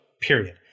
period